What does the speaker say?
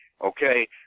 okay